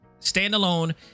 standalone